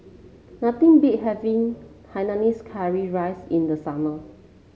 nothing beats having Hainanese Curry Rice in the summer